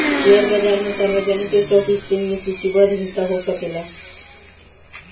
share बाजार में सार्वजनिक स्टॉक एक्सचेंज में सूचीबद्ध हिस्सा हो सकेला